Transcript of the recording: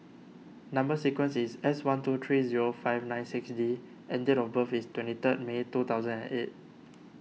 Number Sequence is S one two three zero five nine six D and date of birth is twenty third May two thousand and eight